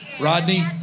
Rodney